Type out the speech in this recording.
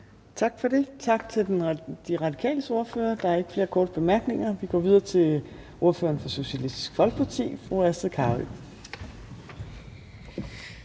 Torp): Tak til De Radikales ordfører. Der er ikke flere korte bemærkninger. Vi går videre til ordføreren for Socialistisk Folkeparti, fru Astrid Carøe.